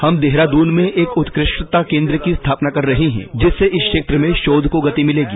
हम देहरादून में एक उत्कृष्टता केंद्र की स्थापना कर रहे हैं जिससे इस क्षेत्र में शोव को गति मिलेगी